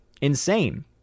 Insane